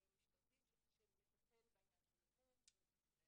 משטרתי שמטפל בעניין של המו"מ וכו'.